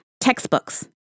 textbooks